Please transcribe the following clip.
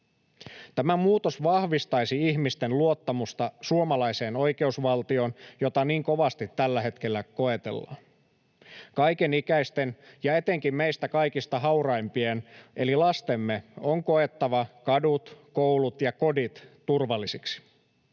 Tämä muutos vahvistaisi ihmisten luottamusta suomalaiseen oikeusvaltioon, jota niin kovasti tällä hetkellä koetellaan. Kaikenikäisten ja etenkin meistä kaikista hauraimpien, eli lastemme, on koettava kadut, koulut ja kodit turvallisiksi.